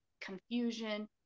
confusion